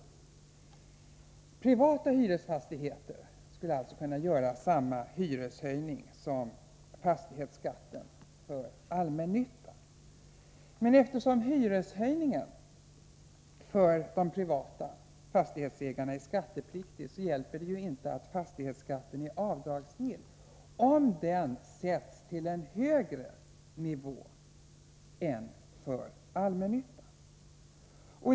I de privata hyresfastigheterna skulle man alltså få göra samma hyreshöjning som fastighetsskatten för allmännyttan. Men eftersom hyreshöjningen för de privata fastighetsägarna är skattepliktig, hjälper det ju inte att fastighetsskatten är avdragsgill, om den samtidigt blir högre än för allmännyttan.